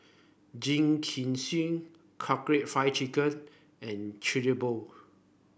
Jingisukan Karaage Fried Chicken and Chigenabe